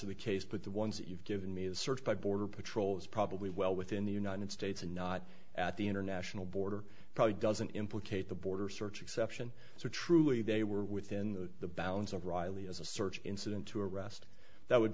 of the case but the ones you've given me the search by border patrol is probably well within the united states and not at the international border probably doesn't implicate the border search exception so truly they were within the bounds of riley as a search incident to arrest that would